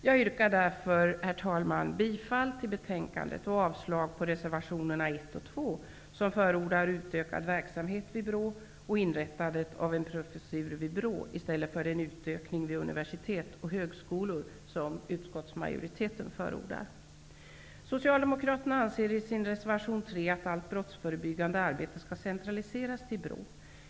Jag yrkar, herr talman, bifall till betänkandet och avslag på reservationerna 1 och 2, där man i stället för den utökning vid universitet och högskolor som utskottsmajoriteten förordar anbefaller en utökning av verksamheten vid BRÅ och inrättande av en professur vid BRÅ. Socialdemokraterna anser i reservation 3 att allt brottsförebyggande arbete skall centraliseras till BRÅ.